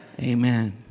Amen